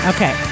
Okay